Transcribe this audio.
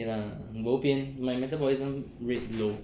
okay lah bo bian my metabolism rate low